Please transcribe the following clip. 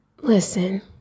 Listen